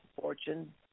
Fortune